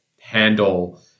handle